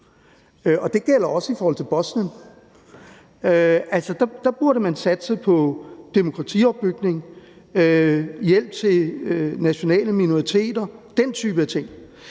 Det gælder også i forhold til Bosnien. Der burde man satse på demokratiopbygning og hjælp til nationale minoriteter – den type ting.